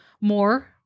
more